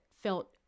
felt